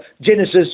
Genesis